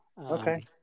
Okay